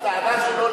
הטענה שלו,